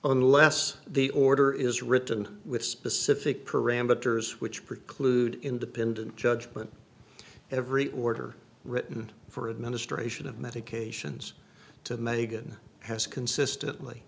unless the order is written with specific parameters which preclude independent judge but every order written for administration of medications to megan has consistently